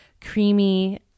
creamy